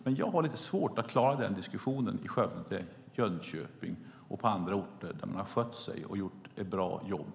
Men jag har lite svårt att klara den diskussionen i Skövde, Jönköping och på andra orter där man har skött sig och gjort ett bra jobb.